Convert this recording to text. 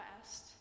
West